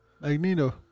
Magneto